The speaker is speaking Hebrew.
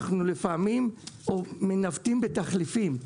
אנחנו לפעמים מנווטים בתחליפים,